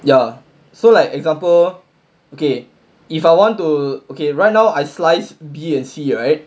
ya so like example okay if I want to okay right now I sliced B and C right